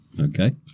Okay